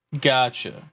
gotcha